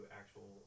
actual